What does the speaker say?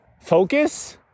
focus